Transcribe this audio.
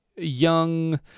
young